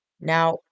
Now